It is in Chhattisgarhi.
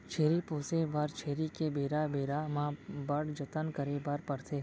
छेरी पोसे बर छेरी के बेरा बेरा म बड़ जतन करे बर परथे